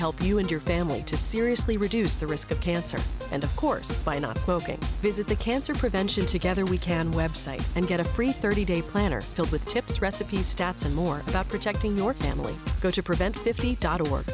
help you and your family to seriously reduce the risk of cancer and of course by not smoking visit the cancer prevention together we can website and get a free thirty day planner filled with tips recipes stats and more about protecting your family go to prevent